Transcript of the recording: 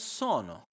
sono